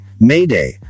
mayday